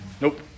Nope